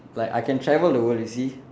like I can travel the world you see